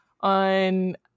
on